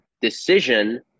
decision